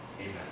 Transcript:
Amen